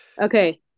Okay